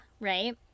right